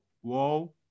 whoa